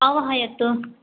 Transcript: आह्वयतु